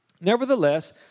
Nevertheless